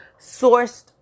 sourced